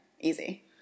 Easy